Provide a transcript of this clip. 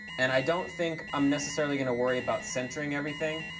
and i don't think i'm necessarily going to worry about centering everything.